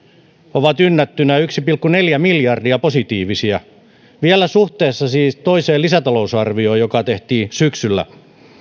ovat ynnättynä yksi pilkku neljä miljardia positiivisia vielä suhteessa siis toiseen lisätalousarvioon joka tehtiin syksyllä